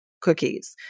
cookies